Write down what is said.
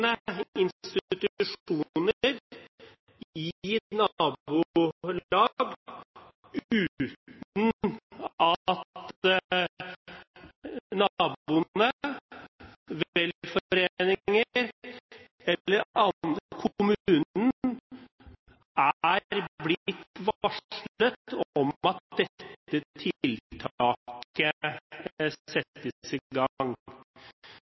institusjoner i nabolag uten at naboene, velforeninger, kommunen eller andre er blitt varslet om at dette tiltaket